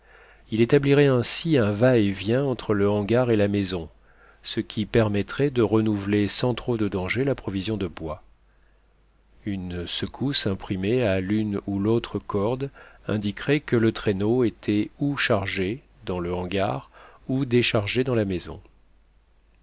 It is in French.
il établirait ainsi un va-et-vient entre le hangar et la maison ce qui permettrait de renouveler sans trop de danger la provision de bois une secousse imprimée à l'une ou l'autre corde indiquerait que le traîneau était ou chargé dans le hangar ou déchargé dans la maison